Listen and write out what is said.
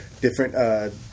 different